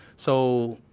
so,